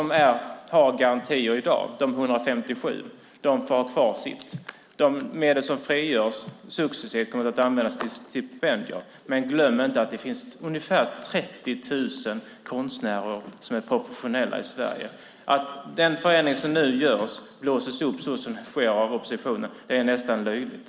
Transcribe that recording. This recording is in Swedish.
Det vi nu gör handlar om att de 157 som i dag har garantier får ha kvar dem. De medel som frigörs successivt kommer att användas till stipendier. Glöm dock inte att det finns ungefär 30 000 professionella konstnärer i Sverige. Att den förändring som nu görs blåses upp så mycket av oppositionen är nästan löjligt.